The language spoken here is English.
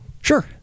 Sure